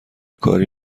کاری